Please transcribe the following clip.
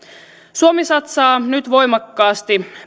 suomi satsaa nyt voimakkaasti